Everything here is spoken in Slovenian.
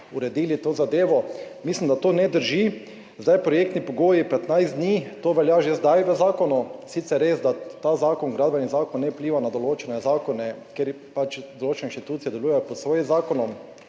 uredili to zadevo. Mislim, da to ne drži. Projektni pogoji 15 dni, to velja že zdaj v zakonu. Sicer je res, da ta zakon, Gradbeni zakon ne vpliva na določene zakone, ker pač določene inštitucije delujejo pod svojim zakonom.